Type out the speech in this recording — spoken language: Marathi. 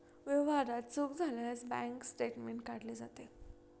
व्यवहारात चूक झाल्यास बँक स्टेटमेंट काढले जाते